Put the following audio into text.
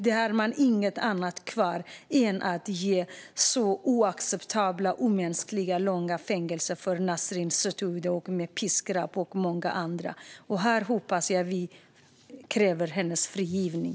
Man har inget annat kvar än att ge oacceptabla och omänskliga långa fängelsestraff och piskrapp åt Nasrin Sotoudeh och många andra. Jag hoppas att vi kan kräva hennes frigivning.